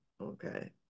okay